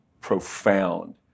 profound